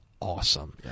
Awesome